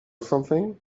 something